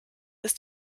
ist